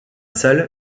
salle